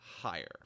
higher